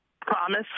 promise